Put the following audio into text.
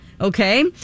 Okay